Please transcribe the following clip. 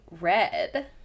red